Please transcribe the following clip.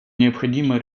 необходимо